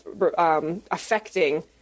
affecting